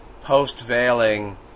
post-veiling